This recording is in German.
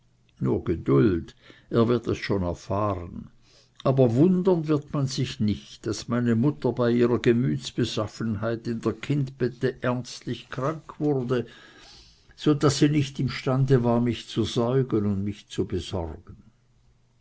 nur geduld er wird es schon erfahren aber wundern wird man sich nicht daß meine mutter bei ihrer gemütsbeschaffenheit in der kindbette ernstlich krank wurde so daß sie nicht im stande war mich zu säugen und mich zu besorgen